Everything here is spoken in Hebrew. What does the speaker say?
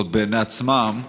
לפחות בעיני עצמם,